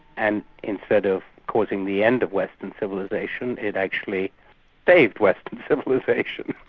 and instead of causing the end of western civilisation, it actually saved western civilisation.